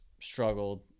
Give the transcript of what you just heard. struggled